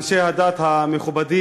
אנשי הדת המכובדים,